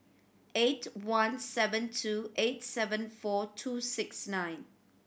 eight one seven two eight seven four two six nine